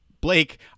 Blake